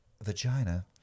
vagina